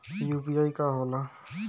UPI का होला?